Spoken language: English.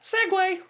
Segway